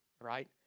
Right